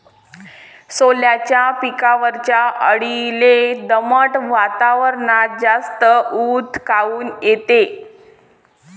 सोल्याच्या पिकावरच्या अळीले दमट वातावरनात जास्त ऊत काऊन येते?